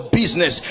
business